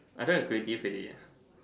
I don't have creative already eh